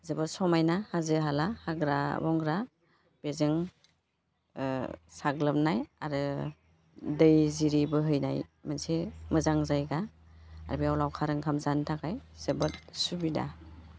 जोबोद समायना हाजो हाला हाग्रा बंग्रा बेजों साग्लोबनाय आरो दै जिरि बोहैनाय मोनसे मोजां जायगा आरो बेयाव लावखार ओंखाम जानो थाखाय जोबोद सुबिदा